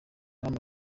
hano